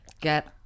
Get